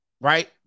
right